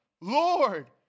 Lord